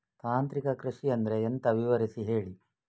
ತಾಂತ್ರಿಕ ಕೃಷಿ ಅಂದ್ರೆ ಎಂತ ವಿವರಿಸಿ ಹೇಳಿ